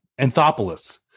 Anthopolis